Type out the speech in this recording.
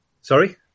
Sorry